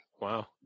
Wow